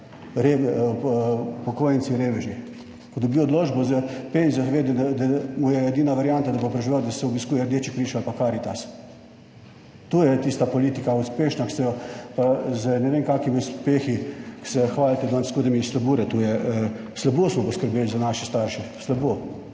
upokojenci reveži. Ko dobi odločbo za penzijo, ve, da mu je edina varianta, da bo preživel, da se obiskuje Rdeči križ ali pa Karitas. To je tista politika uspešna, ki se jo pa z, ne vem kakšnimi uspehi, ki se hvalite danes s hudimi, slabo ratuje. Slabo smo poskrbeli za naše starše, slabo.